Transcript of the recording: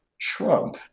Trump